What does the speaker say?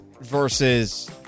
versus